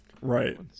Right